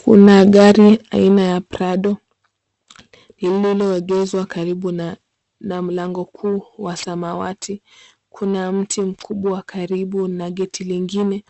Kuna gari aina ya Prado, lililoegezwa karibu na mlango kuu wa samawati. Kuna mti mkubwa karibu na geti lingine